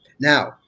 Now